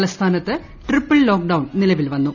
തലസ്ഥാനത്ത് triple lockdown നിലവിൽവന്നു